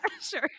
sure